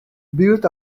built